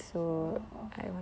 oh